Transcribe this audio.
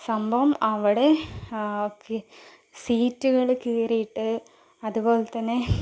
സംഭവം അവിടെ ഒക്കെ സീറ്റുകൾ കീറിയിട്ട് അതുപോലെ തന്നെ